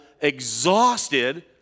exhausted